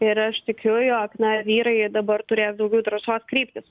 ir aš tikiu jog na vyrai dabar turės daugiau drąsos kreiptis